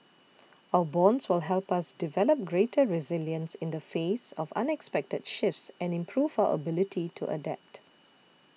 our bonds will help us develop greater resilience in the face of unexpected shifts and improve our ability to adapt